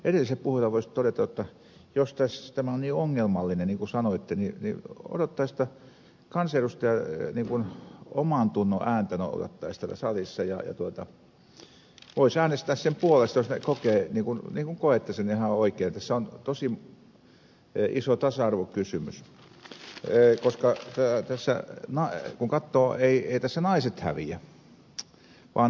edelliselle puhujalle voisi todeta jotta jos tämä on niin ongelmallinen kuin sanoitte niin odottaisi jotta kansanedustaja ikään kuin omantunnon ääntä noudattaisi täällä salissa ja voisi äänestää sen puolesta jos hän kokee niin kuin koette ihan oikein että tässä on tosi iso tasa arvokysymys koska kun katsoo niin eivät tässä naiset häviä vaan naisvaltaiset alat